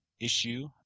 issue